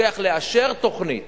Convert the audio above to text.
לוקח לאשר תוכנית,